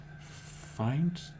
find